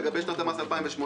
"לגבי שנת המס 2018,